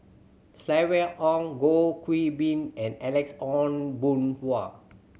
Silvia Ong Goh Qiu Bin and Alex Ong Boon Hau